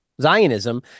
Zionism